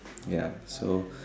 ya so